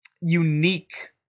unique